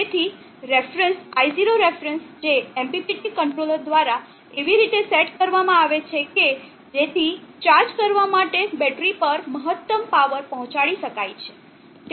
તેથી reference i0ref જે MPPT controller દ્વારા એવી રીતે સેટ કરવામાં આવે છે કે જેથી ચાર્જ કરવા માટે બેટરી પર મહત્તમ પાવર પહોંચાડી શકાય છે